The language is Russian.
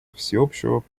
всеобщего